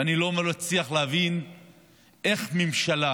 אני לא מצליח להבין איך ממשלה